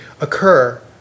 occur